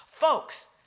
Folks